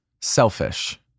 selfish